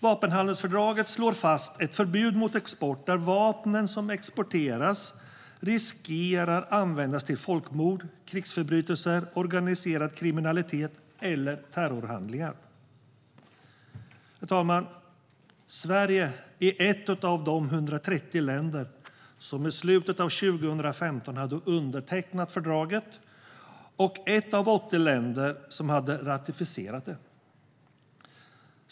Vapenhandelsfördraget slår fast ett förbud mot export där vapnen som exporteras riskerar att användas till folkmord, krigsförbrytelser, organiserad kriminalitet eller terrorhandlingar. Strategisk export-kontroll 2015 - krigsmateriel och produkter med dubbla användningsområden Herr talman! Sverige är ett av de 130 länder som i slutet av 2015 hade undertecknat fördraget och ett av de 80 länder som hade ratificerat det.